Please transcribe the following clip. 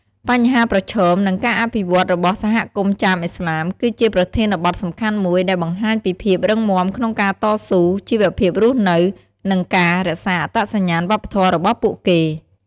បញ្ហាប្រឈម និងការអភិវឌ្ឍន៍របស់សហគមន៍ចាមឥស្លាម គឺជាប្រធានបទសំខាន់មួយ ដែលបង្ហាញពីភាពរឹងមាំក្នុងការតស៊ូ ជីវភាពរស់នៅ និងការរក្សាអត្តសញ្ញាណវប្បធម៌របស់ពួកគេ។